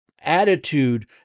attitude